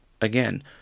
again